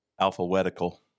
Alphabetical